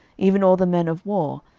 even all the men of war,